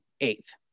eighth